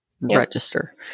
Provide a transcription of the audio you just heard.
register